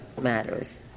matters